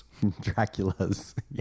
Draculas